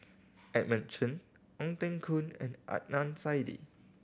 Edmund Chen Ong Teng Koon and Adnan Saidi